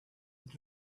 into